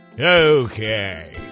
Okay